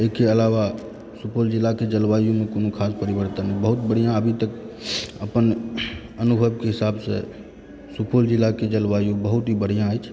एहिके अलावा सुपौल जिलाके जलवायुमे कोनो खास परिवर्तन नहि बहुत बढ़िआँ अभी तक अपन अनुभवके हिसाबसंँ सुपौल जिलाकेँ जलवायु बहुत ही बढ़िआँ अछि